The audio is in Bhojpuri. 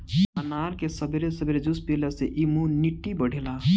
अनार के सबेरे सबेरे जूस पियला से इमुनिटी बढ़ेला